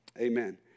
Amen